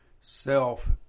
self